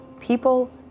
people